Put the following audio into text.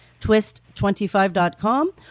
twist25.com